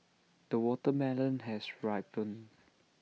the watermelon has ripened